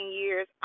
years